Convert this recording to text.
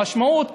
המשמעות,